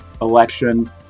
election